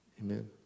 Amen